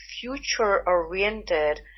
future-oriented